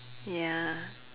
ya